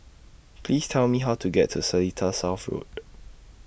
Please Tell Me How to get to Seletar South Road